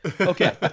Okay